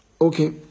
Okay